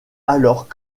alors